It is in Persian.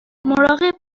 مراقب